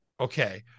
Okay